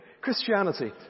Christianity